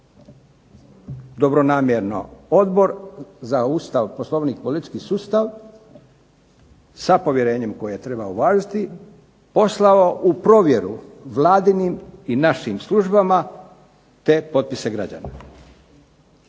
dobronamjerno Odbor za Ustav, Poslovnik i politički sustav sa povjerenjem koje je trebao uvažiti poslao u provjeru vladinim i našim službama te potpise građana.